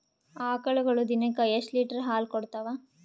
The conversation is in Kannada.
ಆಕಳುಗೊಳು ದಿನಕ್ಕ ಎಷ್ಟ ಲೀಟರ್ ಹಾಲ ಕುಡತಾವ?